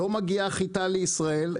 לא מגיעה החיטה לישראל,